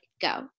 go